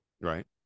right